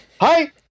Hi